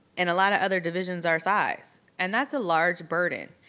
in a lot of other divisions our size. and that's a large burden.